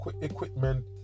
equipment